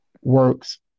works